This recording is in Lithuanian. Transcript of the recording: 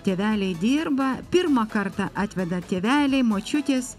tėveliai dirba pirmą kartą atveda tėveliai močiutės